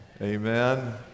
Amen